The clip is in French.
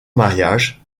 mariage